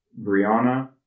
Brianna